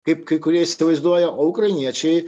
kaip kai kurie įsivaizduoja o ukrainiečiai